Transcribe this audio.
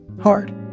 Hard